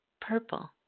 purple